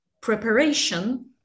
preparation